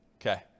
Okay